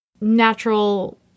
natural